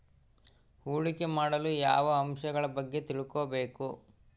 ಹೂಡಿಕೆ ಮಾಡಲು ಯಾವ ಅಂಶಗಳ ಬಗ್ಗೆ ತಿಳ್ಕೊಬೇಕು?